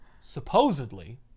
supposedly